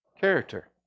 character